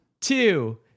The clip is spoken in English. two